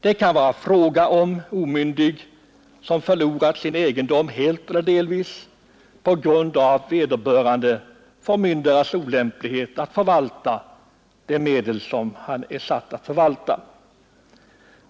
Det kan vara fråga om omyndig som förlorat sin egendom helt eller delvis på grund av vederbörande förmyndares olämplighet att förvalta de medel han är satt att förvalta.